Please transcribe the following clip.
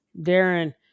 Darren